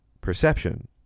perception